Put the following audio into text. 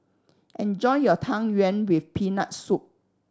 enjoy your Tang Yuen with Peanut Soup